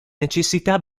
necessità